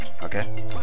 Okay